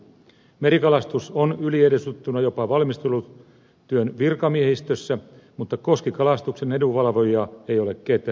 merikalastus on yliedustettuna jopa valmistelutyön virkamiehistössä mutta koskikalastuksen edunvalvojia ei ole ketään